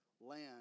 land